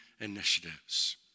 initiatives